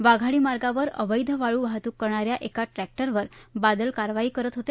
वाघाडी मार्गावर अवैध वाळू वाहतुक करणा या एका ट्रृष्टाउवर बादल कारवाई करत होते